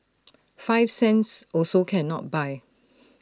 five cents also cannot buy